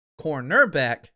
cornerback